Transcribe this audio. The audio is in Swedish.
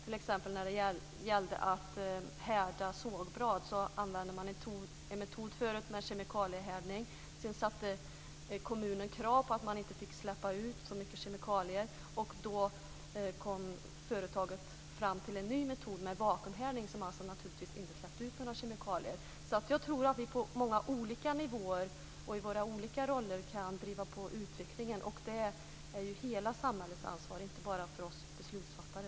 När det gällde att härda sågblad använde man förut en metod med kemikaliehärdning. Sedan ställde kommunen krav på att man inte fick släppa ut så mycket kemikalier, och då kom företaget fram till en ny metod med vakuumhärdning som naturligtvis inte släppte ut några kemikalier. Jag tror att vi på många olika nivåer och i våra olika roller kan driva på utvecklingen, och det ansvaret vilar ju på hela samhället, inte bara på oss beslutsfattare.